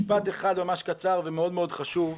משפט אחד ממש קצר ומאוד מאוד חשוב.